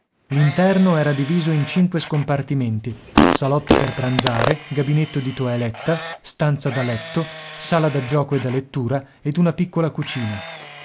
l'interno era diviso in cinque scompartimenti salotto per pranzare gabinetto di toeletta stanza da letto sala da gioco e da lettura ed una piccola cucina